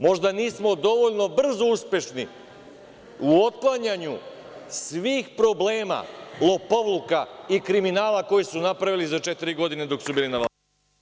Možda nismo dovoljno brzo uspešni u otklanjanju svih problema, lopovluka i kriminala koji su napravili za četiri godine dok su bili na vlasti.